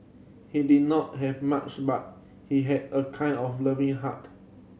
he did not have much but he had a kind of loving heart